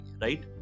Right